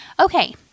Okay